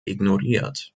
ignoriert